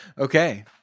okay